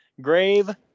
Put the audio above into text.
grave